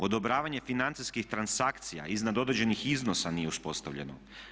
Odobravanje financijskih transakcija iznad određenih iznosa nije uspostavljeno.